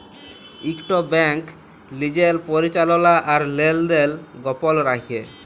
ইকট ব্যাংক লিজের পরিচাললা আর লেলদেল গপল রাইখে